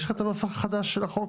יש לך את הנוסח החדש של הצעת החוק?